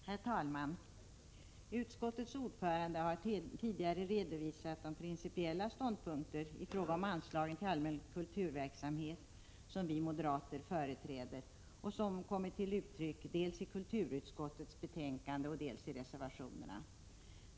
Herr talman! Utskottets ordförande har tidigare redovisat de principiella ståndpunkter i fråga om anslagen till allmän kulturverksamhet som vi moderater företräder och som kommit till uttryck dels i kulturutskottets betänkande, dels i reservationerna.